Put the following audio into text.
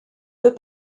deux